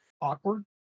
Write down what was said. awkward